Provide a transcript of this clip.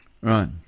Right